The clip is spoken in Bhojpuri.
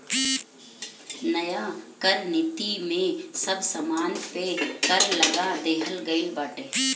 नया कर नीति में सब सामान पे कर लगा देहल गइल बाटे